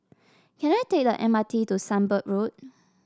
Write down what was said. can I take the M R T to Sunbird Road